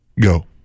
go